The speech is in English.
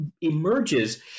emerges